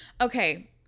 Okay